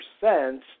percent